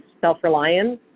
self-reliance